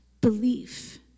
belief